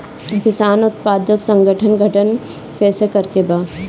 किसान उत्पादक संगठन गठन कैसे करके बा?